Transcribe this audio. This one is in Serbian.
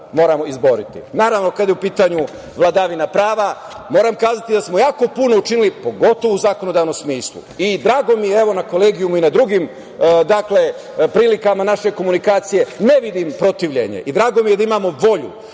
moramo izboriti. Naravno, kada je u pitanju vladavina prava, moram kazati da smo jako puno učinili pogotovo u zakonodavnom smislu i drago mi je, evo na Kolegijumu i drugim prilikama naše komunikacije, ne vidim protivljenje i drago mi je da imamo volju,